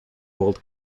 world